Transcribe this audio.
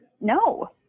no